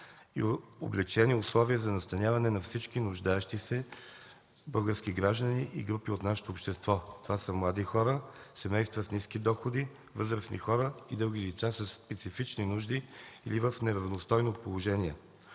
и облекчени условия за настаняване на всички нуждаещи се български граждани и групи от нашето общество. Това са млади хора, семейства с ниски доходи, възрастни хора и други лица със специфични нужди или в неравностойно положение.